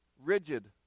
rigid